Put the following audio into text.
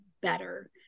better